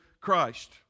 Christ